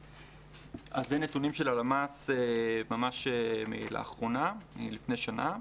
אלה נתונים של הלמ"ס לאחרונה, מלפני שנה,